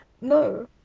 No